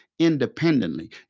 independently